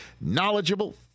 knowledgeable